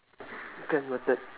can noted